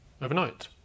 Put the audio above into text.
overnight